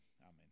amen